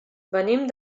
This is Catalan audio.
venim